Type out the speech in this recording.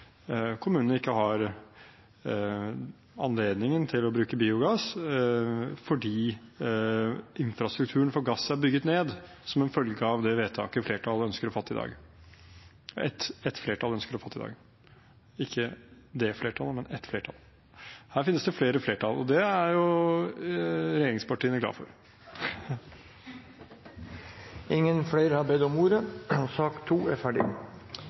kommunene ikke har anledning til å bruke biogass fordi infrastrukturen for gass er bygd ned som en følge av det vedtaket et flertall ønsker å fatte i dag – ikke det flertallet, men et flertall. Her finnes det flere flertall, og det er jo regjeringspartiene glad for. Flere har ikke bedt om ordet til sak